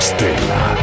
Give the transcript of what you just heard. Stella